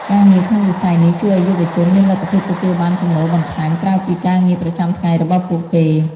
ការងារក្នុងវិស័យនេះជួយឱ្យយុវជនមានលទ្ធភាពទទួលបានចំណូលបន្ថែម ក្រៅពីការងារប្រចាំថ្ងៃរបស់ពួកគេ។